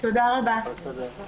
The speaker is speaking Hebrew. ננעלה